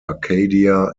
acadia